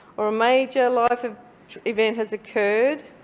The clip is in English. or a major life ah event has occurred,